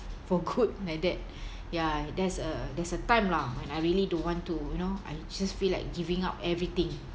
for good like that ya there's a there's a time lah when I really don't want to you know I just feel like giving up everything